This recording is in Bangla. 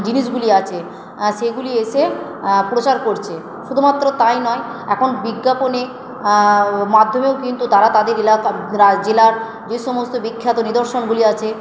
জিনিসগুলি আছে সেগুলি এসে প্রচার করছে শুধুমাত্র তাই নয় এখন বিজ্ঞাপনে মাধ্যমেও কিন্তু তারা তাদের এলাকার রা জেলার যে সমস্ত বিখ্যাত নিদর্শনগুলি আছে